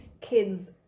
kids